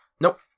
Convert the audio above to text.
Nope